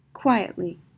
quietly